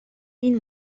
این